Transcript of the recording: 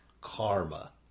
Karma